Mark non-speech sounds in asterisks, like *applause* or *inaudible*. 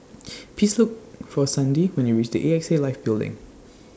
*noise* Please Look For Sandi when YOU REACH The AXA Life Building